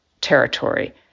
territory